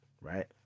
right